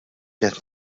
qed